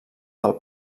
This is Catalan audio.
del